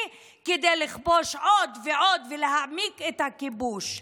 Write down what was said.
כדי לכבוש עוד ועוד ולהעמיק את הכיבוש.